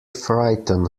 frighten